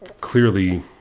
clearly